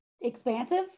expansive